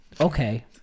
Okay